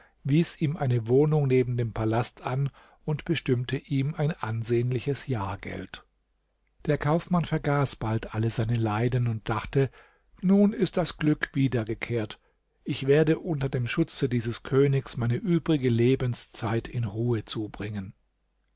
wies ihm eine wohnung neben dem palast an und bestimmte ihm ein ansehnliches jahrgeld der kaufmann vergaß bald alle seine leiden und dachte nun ist das glück wiedergekehrt ich werde unter dem schutze dieses königs meine übrige lebenszeit in ruhe zubringen